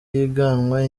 yigana